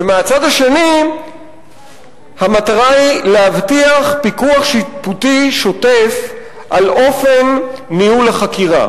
ומהצד השני המטרה היא להבטיח פיקוח שיפוטי שוטף על אופן ניהול החקירה,